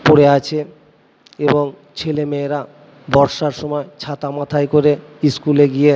পড়ে আছে এবং ছেলে মেয়েরা বর্ষার সময় ছাতা মাথায় করে স্কুলে গিয়ে